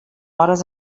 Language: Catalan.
hores